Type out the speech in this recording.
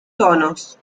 tonos